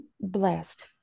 blessed